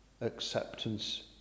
acceptance